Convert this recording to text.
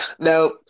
Now